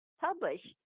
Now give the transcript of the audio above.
published